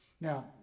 Now